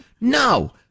no